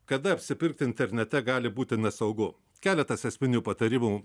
kada apsipirkti internete gali būti nesaugu keletas esminių patarimų